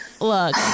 look